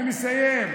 אני מסיים.